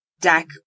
deck